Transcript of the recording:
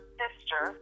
sister